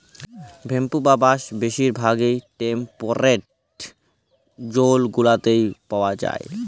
bamboo বা বাঁশ বেশির ভাগ টেম্পরেট জোল গুলাতে পাউয়া যায়